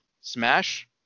smash